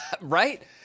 Right